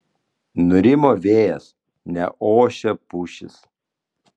nurimo vėjas neošia pušys